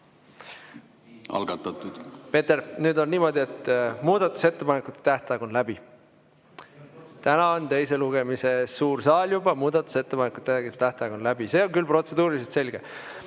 Peeter, nüüd on niimoodi, et muudatusettepanekute tähtaeg on läbi. Täna on teine lugemine suures saalis, muudatusettepanekute esitamise tähtaeg on läbi. See on küll protseduuriliselt selge.